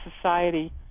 Society